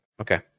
okay